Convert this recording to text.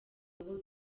aho